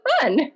fun